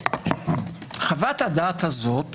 חוות הדעת הזאת